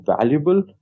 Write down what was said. valuable